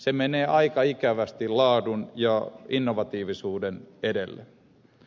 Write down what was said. se menee aika ikävästi laadun ja innovatiivisuuden edelle